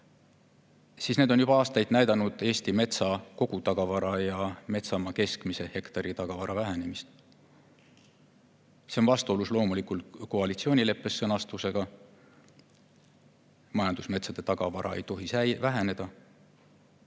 et need on juba aastaid näidanud Eesti metsa kogutagavara ja metsamaa keskmise hektaritagavara vähenemist. See on loomulikult vastuolus koalitsioonileppe sõnastusega, et majandusmetsa tagavara ei tohi väheneda.